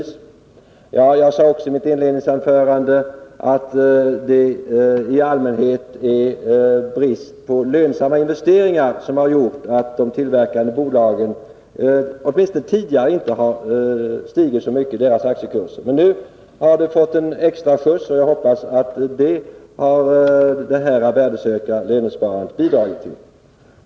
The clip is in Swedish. Som jag också sade i mitt inledningsanförande är det i allmänhet brist på lönsamma investeringar som har gjort att de tillverkande bolagens aktiekurser åtminstone tidigare inte har stigit så mycket. Men nu har de fått en extra skjuts, och det hoppas jag att det värdesäkra lönsparandet har bidragit till.